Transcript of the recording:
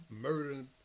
murdering